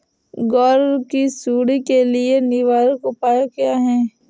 ग्वार की सुंडी के लिए निवारक उपाय क्या है?